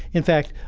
in fact,